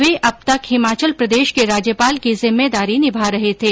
वे अब तक हिमाचल प्रदेश के राज्यपाल की जिम्मेदारी निभा रहे थे